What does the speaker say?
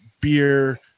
beer